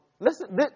Listen